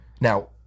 Now